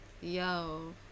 yo